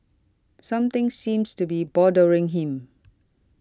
something seems to be bothering him